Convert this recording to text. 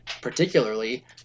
particularly